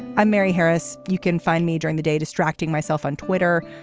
i'm mary harris. you can find me during the day distracting myself on twitter.